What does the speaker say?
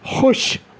خوش